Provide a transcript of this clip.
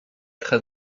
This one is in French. très